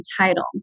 title